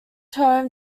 home